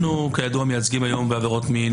מייצגים היום בעבירות מין